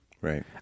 Right